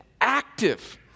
active